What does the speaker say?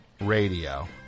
radio